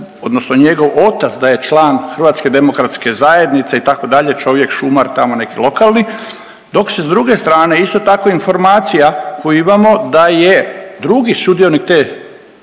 odnosno njegov otac da je član Hrvatske demokratske zajednice itd. čovjek šumar tamo neki lokalni, dok se s druge strane isto tako informacija koju imamo da je drugi sudionik te